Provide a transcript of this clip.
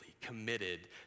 committed